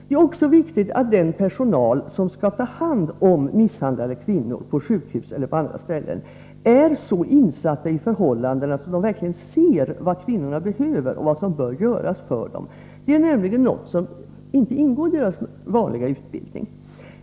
Det är vidare viktigt att den personal som skall ta hand om misshandlade kvinnor på sjukhus eller på andra ställen är så insatt i förhållandena att den verkligen ser vad kvinnorna behöver och vad som bör göras för dem. Det är nämligen något som inte ingår i dess reguljära utbildning.